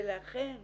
ולכן